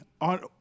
on